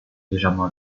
légèrement